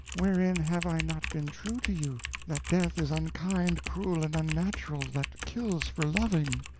wherein have i not been true to you? that death is unkind, cruel, and unnatural, that kills for living.